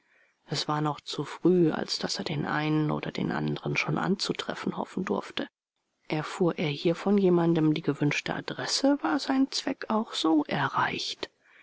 es war noch zu früh als daß er den einen oder den anderen schon anzutreffen hoffen durfte erfuhr er hier von jemandem die gewünschte adresse war sein zweck auch so erreicht